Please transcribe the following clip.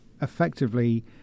effectively